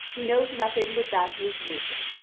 he knows nothing but that he is naked.